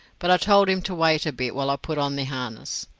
but i told him to wait a bit while i put on the harness.